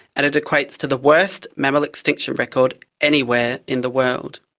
and it equates to the worst mammal extinction record anywhere in the world.